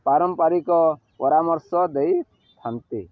ପାରମ୍ପାରିକ ପରାମର୍ଶ ଦେଇଥାନ୍ତି